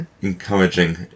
encouraging